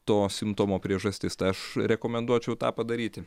to simptomo priežastis tai aš rekomenduočiau tą padaryti